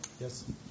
Yes